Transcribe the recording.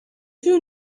you